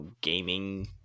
gaming